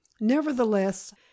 nevertheless